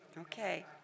Okay